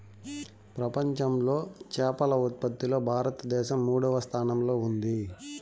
ప్రపంచంలో చేపల ఉత్పత్తిలో భారతదేశం మూడవ స్థానంలో ఉంది